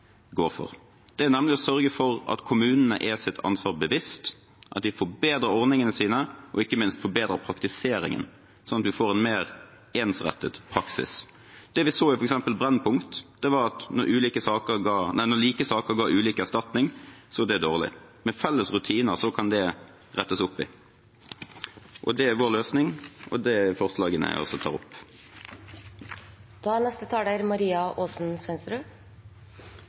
Det er nemlig å sørge for at kommunene er seg sitt ansvar bevisst, at de forbedrer ordningene sine og ikke minst forbedrer praktiseringen, sånn at vi får en mer ensrettet praksis. Det vi så i f.eks. Brennpunkt, var at når like saker ga ulik erstatning, var det dårlig. Med felles rutiner kan det rettes opp i. Det er vår løsning og vårt forslag til vedtak. Jeg vil begynne dette innlegget med å vise til NRK Brennpunkts dokumentar, En søsters kamp. Dette er